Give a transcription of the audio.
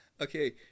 Okay